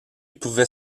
pouvait